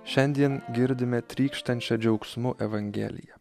šiandien girdime trykštančią džiaugsmu evangeliją